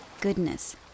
goodness